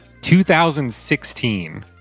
2016